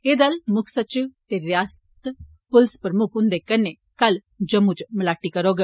एह् दल मुक्ख सचिव ते रियासत पुलस प्रमुक्ख हुन्दे कन्नै कल जम्मू च मलाटी करौग